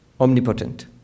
omnipotent